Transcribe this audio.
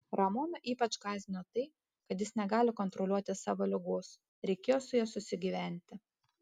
ramoną ypač gąsdino tai kad jis negali kontroliuoti savo ligos reikėjo su ja susigyventi